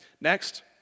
Next